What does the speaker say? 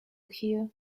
here